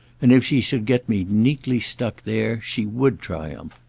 and if she should get me neatly stuck there she would triumph.